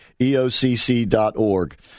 EOCC.org